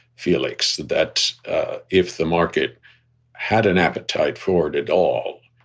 felix, that if the market had an appetite for it at all,